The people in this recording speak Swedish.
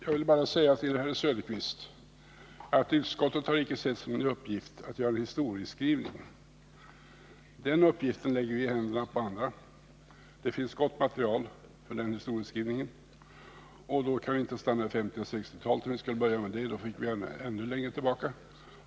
Herr talman! Utskottet har icke sett som sin uppgift att göra en historieskrivning. Den uppgiften lägger vi i händerna på andra. Det finns gott om material för den historieskrivningen. Och den kan inte stanna vid 1950 och 1960-talen.